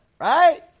right